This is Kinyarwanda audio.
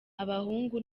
abahungu